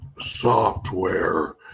software